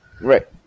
Right